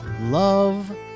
love